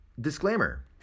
disclaimer